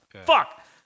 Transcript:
Fuck